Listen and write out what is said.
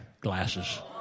glasses